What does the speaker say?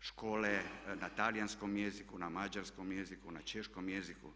škole na talijanskom jeziku, na mađarskom jeziku, na češkom jeziku.